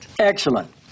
Excellent